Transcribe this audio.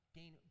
gain